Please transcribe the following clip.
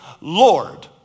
Lord